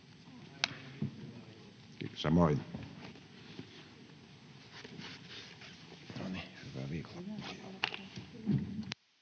Kiitos.